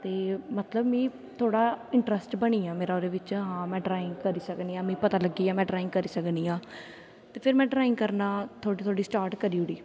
ते मतलब मीं थोह्ड़ा इंट्रस्ट बनी गेआ मेरा ओह्दे बिच्च हां में ड्राईंग करी सकनी आं मीं पता लग्गी गेआ में ड्राईंग करी सकनी आं ते फिर में ड्राईंग करना थोह्ड़ी थोह्ड़ी स्टार्ट करी ओड़ी